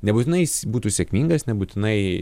nebūtinai jis būtų sėkmingas nebūtinai